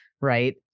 right